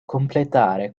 completare